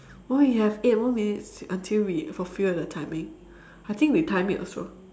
!wow! we have eight more minutes until we fulfil the timing I think we time it also